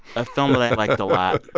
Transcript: a film that i liked a lot.